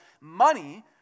money